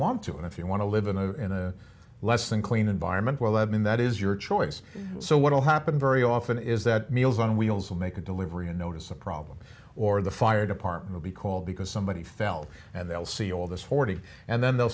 want to and if you want to live in a in a less than clean environment well i mean that is your choice so what will happen very often is that meals on wheels will make a delivery a notice of problems or the fire department will be called because somebody fell and they'll see all this forty and then they'll